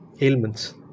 ailments